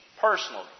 personally